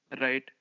Right